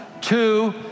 two